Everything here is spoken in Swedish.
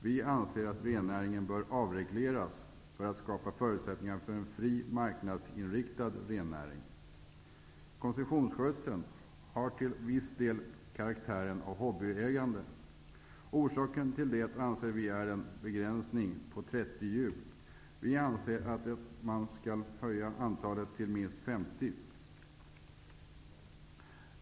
Vi anser att rennäringen bör avregleras för att skapa förutsättningar för en fri och marknadsinriktad rennäring. Koncessionsrenskötsel har till viss del karaktären av hobbyägande. Anledningen till det anser vi vara begränsningen till 30 djur. Vi anser att antalet skall höjas till minst 50.